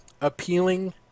appealing